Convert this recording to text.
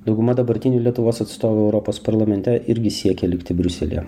dauguma dabartinių lietuvos atstovų europos parlamente irgi siekia likti briuselyje